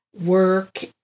work